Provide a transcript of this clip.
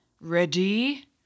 Ready